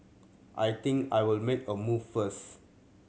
I think I will make a move first